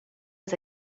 was